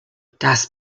das